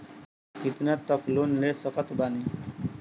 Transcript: कितना तक लोन ले सकत बानी?